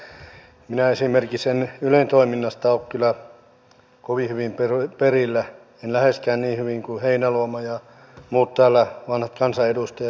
minä esimerkiksi en ylen toiminnasta ole kyllä kovin hyvin perillä en läheskään niin hyvin kuin heinäluoma ja muut täällä vanhat kansanedustajat jotka ovat kauan olleet